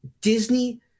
Disney